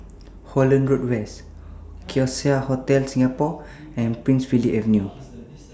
Holland Road West Oasia Hotel Singapore and Prince Philip Avenue